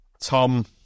Tom